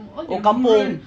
oh kampung